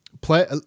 play